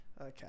Okay